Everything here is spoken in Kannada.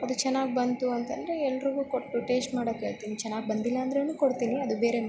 ಅದು ಚೆನ್ನಾಗ್ ಬಂತು ಅಂತ ಅಂದರೆ ಎಲ್ರಿಗು ಕೊಟ್ಟು ಟೇಸ್ಟ್ ಮಾಡೋಕ್ ಹೇಳ್ತೀನಿ ಚೆನ್ನಾಗ್ ಬಂದಿಲ್ಲ ಅಂದ್ರೂ ಕೊಡ್ತೀನಿ ಅದು ಬೇರೆ ಮಾತು